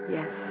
Yes